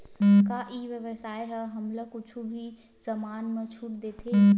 का ई व्यवसाय ह हमला कुछु भी समान मा छुट देथे?